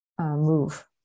move